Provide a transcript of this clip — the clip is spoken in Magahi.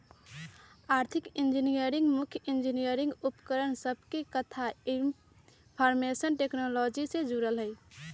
आर्थिक इंजीनियरिंग मुख्य इंजीनियरिंग उपकरण सभके कथा इनफार्मेशन टेक्नोलॉजी से जोड़ल हइ